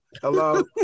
Hello